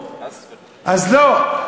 אז לא.